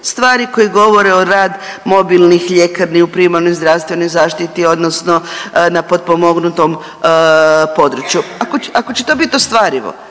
Stvari koje govore o rad mobilnih ljekarni u primarnoj zdravstvenoj zaštiti odnosno na potpomognutom području ako će to biti ostvarivo.